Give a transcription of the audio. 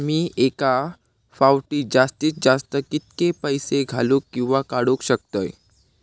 मी एका फाउटी जास्तीत जास्त कितके पैसे घालूक किवा काडूक शकतय?